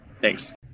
Thanks